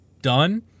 done